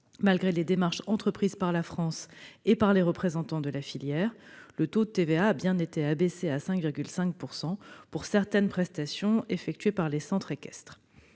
malgré les démarches entreprises par la France et les représentants de la filière, le taux de TVA a été abaissé à 5,5 % pour certaines prestations effectuées par les centres équestres.